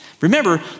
Remember